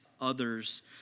others